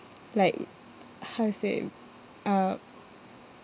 like how to say uh